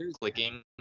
clicking